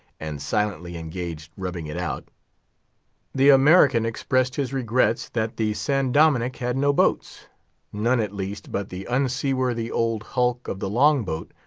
and silently engaged rubbing it out the american expressed his regrets that the san dominick had no boats none, at least, but the unseaworthy old hulk of the long-boat,